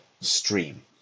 stream